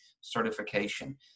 certification